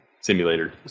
simulator